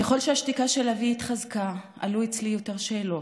ככל שהשתיקה של אבי התחזקה, עלו אצלי יותר שאלות,